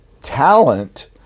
talent